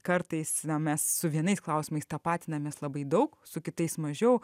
kartais mes su vienais klausimais tapatinamės labai daug su kitais mažiau